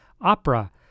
Opera